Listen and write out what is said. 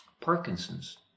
Parkinson's